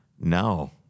No